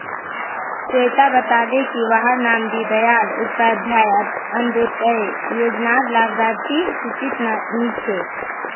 स्वेता बताले की वहार नाम दीं दयाल उपाध्याय अन्तोदय योज्नार लाभार्तिर सूचित नी छे